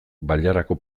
bailarako